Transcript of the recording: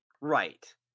Right